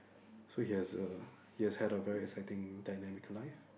so he has a he's had a very exciting dynamical life